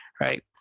Right